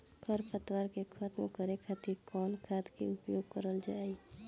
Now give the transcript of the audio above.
खर पतवार के खतम करे खातिर कवन खाद के उपयोग करल जाई?